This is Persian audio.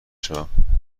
شوم